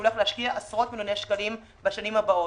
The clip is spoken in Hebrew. הולך להשקיע עשרות מיליוני שקלים בשנים הבאות.